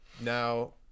Now